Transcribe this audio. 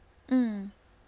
mm